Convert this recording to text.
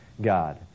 God